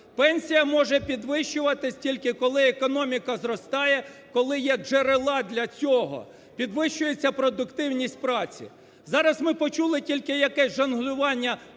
Пенсія може підвищуватись тільки, коли економіка зростає, коли є джерела для цього, підвищується продуктивність праці. Зараз ми почули тільки якесь жонглювання